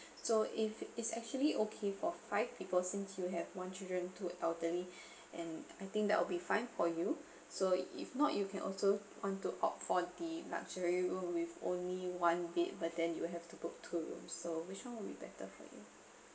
so if it's actually okay for five people since you have one children two elderly and I think that will be fine for you so if not you can also want to opt for the luxury room with only one bed but then you'll have to book two rooms so which one would be better for you